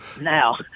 now